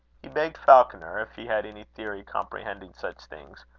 he begged falconer, if he had any theory comprehending such things,